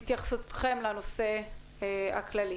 התייחסותכם לנושא הכללי.